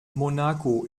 monaco